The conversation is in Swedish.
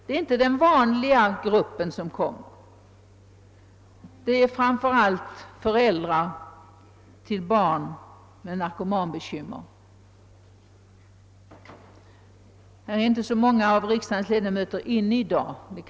Det är inte den vanliga gruppen av demonstranter, utan det är framför allt föräldrar till barn med narkotikabekymmer. Det är inte särskilt många av riksdagens ledamöter som är inne nu.